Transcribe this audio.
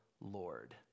Lord